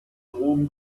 rom